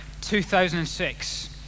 2006